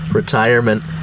retirement